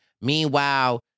Meanwhile